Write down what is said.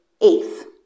eighth